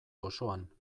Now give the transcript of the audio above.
osoan